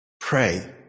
Pray